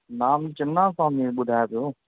नाम चिन्ना स्वामी बुधाए पियो